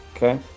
Okay